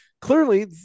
clearly